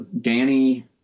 Danny